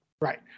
Right